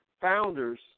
Founders